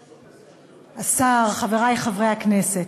השר, חברי חברי הכנסת,